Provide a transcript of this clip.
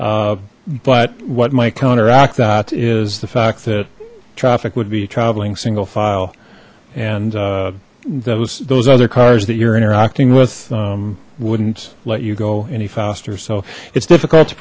but what my counteract that is the fact that traffic would be traveling single file and that was those other cars that you're interacting with wouldn't let you go any faster so it's difficult to